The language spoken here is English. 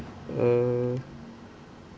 uh